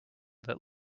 that